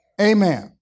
Amen